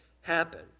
happen